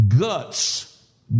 guts